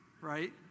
right